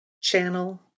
channel